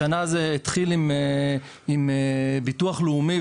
השנה זה התחיל עם ביטוח לאומי,